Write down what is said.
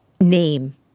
name